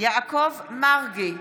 יעקב מרגי,